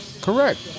Correct